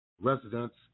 Residents